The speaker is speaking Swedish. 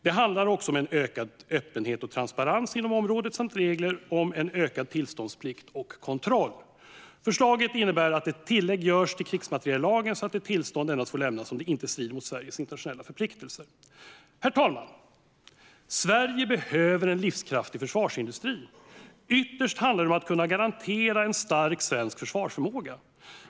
Det handlar också om ökad öppenhet och transparens inom området och om regler om ökad tillståndsplikt och kontroll. Förslaget innebär att ett tillägg görs till krigsmateriellagen så att ett tillstånd endast får lämnas om det inte strider mot Sveriges internationella förpliktelser. Herr talman! Sverige behöver en livskraftig försvarsindustri. Ytterst handlar det om att kunna garantera en stark svensk försvarsförmåga.